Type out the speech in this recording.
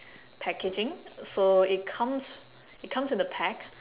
packaging so it comes it comes in a pack